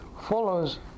follows